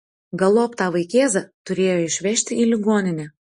galop tą vaikėzą turėjo išvežti į ligoninę